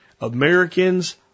Americans